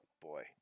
boy